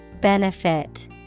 Benefit